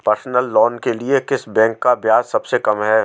Personal loan के लिए किस बैंक का ब्याज सबसे कम है?